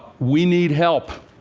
we need help.